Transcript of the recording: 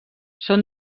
són